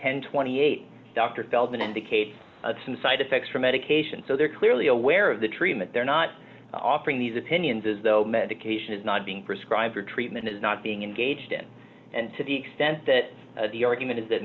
and twenty eight dr feldman indicate some side effects from medication so they're clearly aware of the treatment they're not offering these opinions as though medication is not being prescribed or treatment is not being engaged in and to the extent that the argument is that